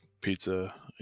pizza